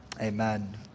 Amen